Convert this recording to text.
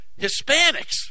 hispanics